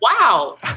wow